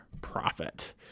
profit